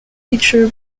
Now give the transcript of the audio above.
teacher